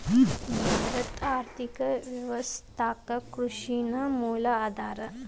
ಭಾರತದ್ ಆರ್ಥಿಕ ವ್ಯವಸ್ಥಾಕ್ಕ ಕೃಷಿ ನ ಮೂಲ ಆಧಾರಾ